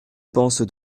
pense